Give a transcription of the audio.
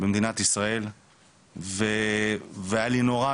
במדינת ישראל והיה לי נורא,